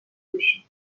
باشی